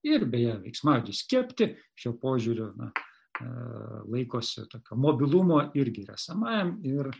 ir beje veiksmažodis kepti šiuo požiūriu na laikosi tokio mobilumo irgi ir esamajam ir